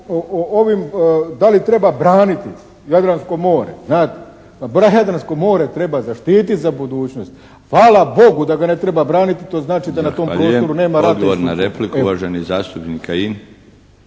da li treba braniti Jadransko more. Jadransko more treba zaštititi za budućnost. Hvala Bogu da ga ne treba braniti, to znači da na tom prostoru nema ratnih sukoba. **Milinović, Darko (HDZ)** Zahvaljujem. Odgovor na repliku uvaženi zastupnik